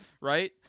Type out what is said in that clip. right